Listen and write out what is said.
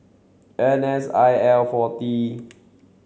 N S I L forty